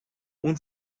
اون